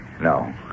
No